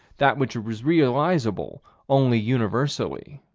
that which is realizable only universally.